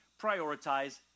prioritize